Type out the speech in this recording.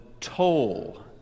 toll